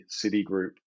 Citigroup